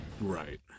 Right